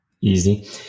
easy